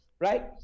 Right